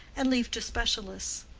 and leave to specialists.